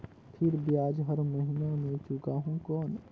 फिर ब्याज हर महीना मे चुकाहू कौन?